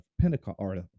Pentecost